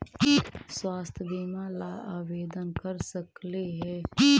स्वास्थ्य बीमा ला आवेदन कर सकली हे?